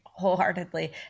wholeheartedly